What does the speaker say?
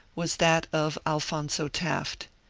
was that of alphonzo taft.